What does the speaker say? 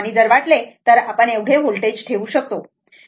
आणि जर वाटले तर एवढे व्होल्टेज ठेवू शकतो बरोबर